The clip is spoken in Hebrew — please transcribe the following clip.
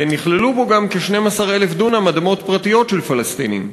ונכללו בו גם כ-12,000 דונם אדמות פרטיות של פלסטינים.